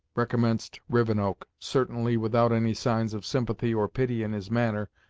recommenced rivenoak, certainly without any signs of sympathy or pity in his manner,